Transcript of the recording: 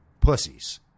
pussies